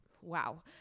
Wow